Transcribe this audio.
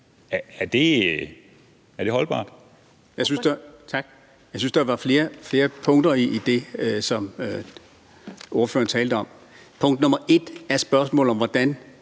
Sjøberg (RV): Tak. Jeg synes, der var flere punkter i det, ordføreren talte om. Punkt nr. 1 er spørgsmålet om, hvordan